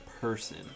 person